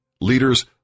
Leaders